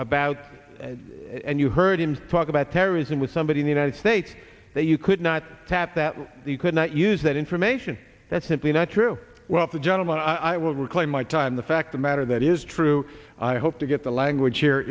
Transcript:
about and you heard him talk about terrorism with somebody in the united states that you could not tap that you could not use that information that's simply not true well the gentleman i will reclaim my time the fact the matter that is true i hope to get the language here